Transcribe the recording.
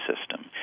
system